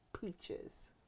peaches